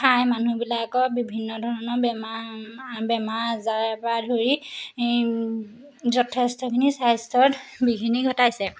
খাই মানুহবিলাকৰ বিভিন্ন ধৰণৰ বেমাৰ বেমাৰ আজাৰৰ পৰা ধৰি যথেষ্টখিনি স্বাস্থ্যত বিঘিনি ঘটাইছে